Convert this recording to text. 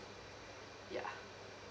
ya